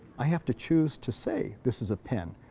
i have to choose to say, this is a pen,